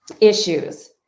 issues